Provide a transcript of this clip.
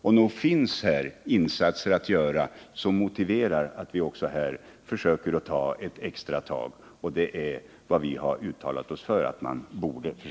Och nog finns här insatser att göra som motiverar att vi också här försöker ta ett extra tag, och det är vad vi har uttalat oss för.